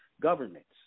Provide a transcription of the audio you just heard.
governments